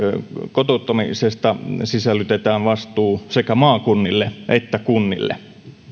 kotouttamisesta sisällytetään vastuu sekä maakunnille että kunnille